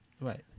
Right